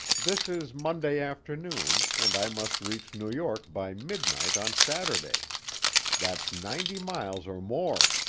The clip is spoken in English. this is monday afternoon, and i must reach new york by midnight on saturday that's ninety miles or more,